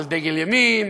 על דגל ימין,